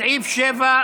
התשפ"ב 2022. בסעיף 7,